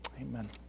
Amen